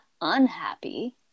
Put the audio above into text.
unhappy